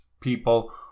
people